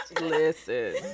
Listen